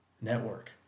Network